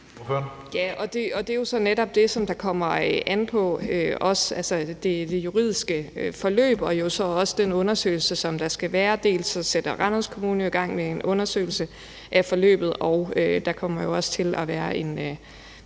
jo så netop det, som det kommer an på også, altså det juridiske forløb og så den undersøgelse, som der skal være. Dels sætter Randers Kommune gang i en undersøgelse af forløbet, dels kommer der til at være en